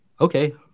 okay